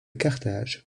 carthage